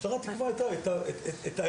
המשטרה תקבע את האיך.